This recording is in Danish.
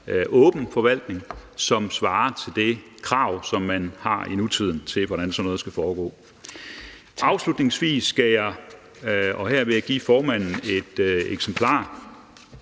åben forvaltning, som svarer til det krav, som man har i nutiden til, hvordan sådan noget skal foregå. Afslutningsvis vil jeg, og her vil jeg give formanden et eksemplar,